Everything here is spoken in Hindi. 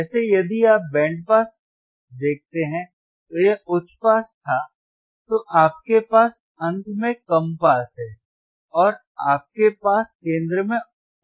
जैसे यदि आप बैंड पास देखते हैं तो यह उच्च पास था तो आपके पास अंत में कम पास है और आपके पास केंद्र में OP Amp है